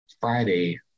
Friday